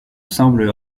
semble